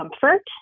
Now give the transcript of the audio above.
comfort